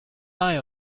eye